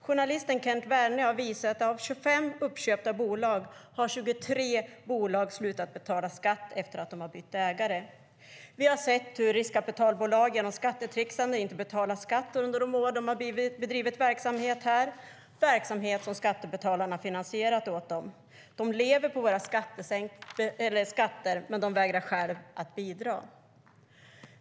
Journalisten Kent Werne har visat att av 25 uppköpta bolag har 23 slutat betala skatt efter att de har bytt ägare. Vi har sett hur riskkapitalbolagen genom skattetricksande inte har betalat skatt under de år de bedrivit verksamhet här - verksamhet som skattebetalarna har finansierat åt dem. De lever på våra skattepengar men vägrar själva att bidra.